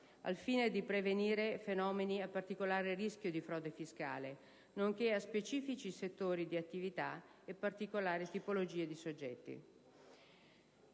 al fine di prevenire fenomeni a particolare rischio di frode fiscale, nonché a specifici settori di attività e a particolari tipologie di soggetti.